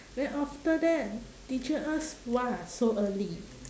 then after that the teacher ask !wah! so early